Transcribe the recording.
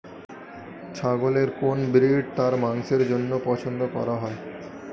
ছাগলের কোন ব্রিড তার মাংসের জন্য পছন্দ করা হয়?